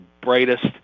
brightest